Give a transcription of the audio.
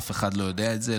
אף אחד לא יודע את זה,